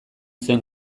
zen